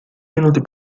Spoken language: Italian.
minuti